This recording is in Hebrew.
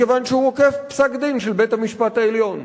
מכיוון שהוא עוקף פסק-דין של בית-המשפט העליון.